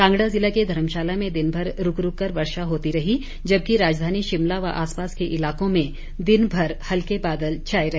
कांगड़ा जिला के धर्मशाला में दिनभर रूक रूक कर वर्षा होती रही जबकि राजधानी शिमला व आसपास के इलाकों में दिनभर हल्के बादल छाए रहे